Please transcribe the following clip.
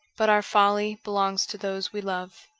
but our folly belongs to those we love.